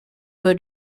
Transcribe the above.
but